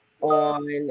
on